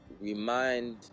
Remind